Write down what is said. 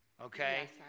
Okay